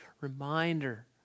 reminder